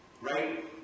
Right